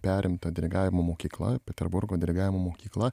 perimta dirigavimo mokykla peterburgo dirigavimo mokykla